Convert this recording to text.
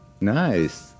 Nice